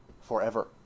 forever